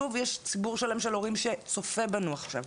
יש ציבור שלם של הורים שצופה בנו עכשיו.